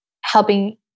helping